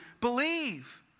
believe